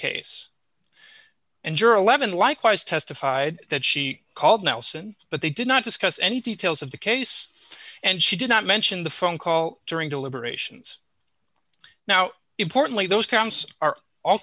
juror eleven likewise testified that she called nelson but they did not discuss any details of the case and she did not mention the phone call during deliberations now importantly those counts are all